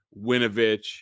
Winovich